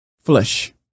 flesh